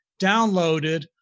downloaded